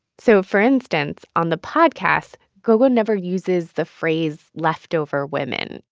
so for instance, on the podcast, gougou never uses the phrase leftover women.